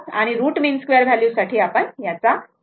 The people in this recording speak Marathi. आणि रूट मीन स्क्वेअर व्हॅल्यू साठी आपण याच्या स्क्वेअर करतो